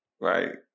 right